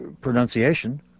pronunciation